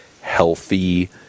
healthy